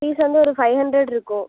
fees வந்து ஒரு five ஹண்ட்ரெட்ருக்கும்